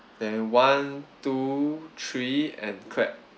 then one two three and clap